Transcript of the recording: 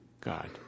God